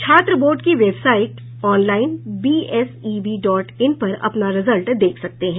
छात्र बोर्ड की website online B S E B dot in पर अपना रिजल्ट देख सकते हैं